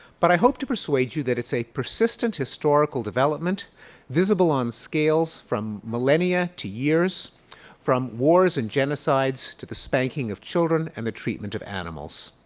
but i hope to persuade you that it is a persistent historical development visible on scales from millennia to years from wars to and genocides to the spanking of children and the treatment of animals.